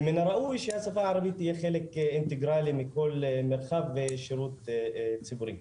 ומן הראוי שהשפה הערבית תהיה חלק אינטגרלי מכל מרחב ושירות ציבורי.